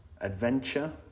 adventure